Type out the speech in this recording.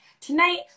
tonight